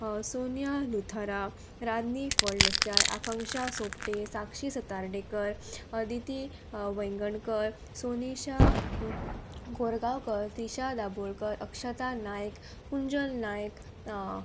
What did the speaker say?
Sonia Luthra Radnyi Phaldesai Akanksha Sopte Sakshi Satardekar Aditi Vaingankar Sonesha Korgaonkar Trisha Dabolkar Akshata Naik Kunjal Naik